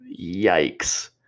yikes